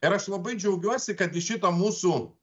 ir aš labai džiaugiuosi kad į šitą mūsų